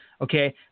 Okay